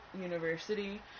university